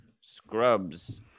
Scrubs